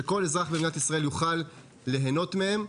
שכל אזרח במדינת ישראל יוכל ליהנות מהם,